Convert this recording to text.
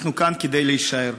אנחנו כאן כדי להישאר.